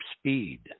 speed